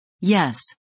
Yes